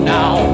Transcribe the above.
now